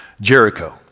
Jericho